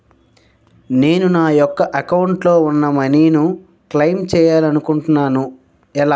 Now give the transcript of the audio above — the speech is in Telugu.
నేను నా యెక్క అకౌంట్ లో ఉన్న మనీ ను క్లైమ్ చేయాలనుకుంటున్నా ఎలా?